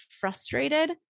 frustrated